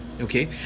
okay